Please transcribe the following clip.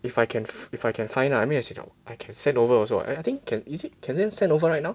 if I can if I can find ah I mean as in I can send over also what I think is it can send over right now